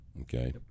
Okay